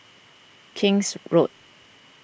King's Road